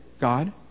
God